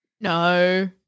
no